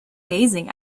gazing